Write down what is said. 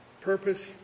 purpose